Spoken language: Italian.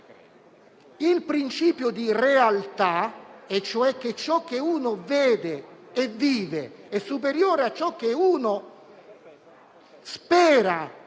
il principio di realtà, cioè che quanto uno vede e vive è superiore a ciò che uno spera